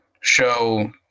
show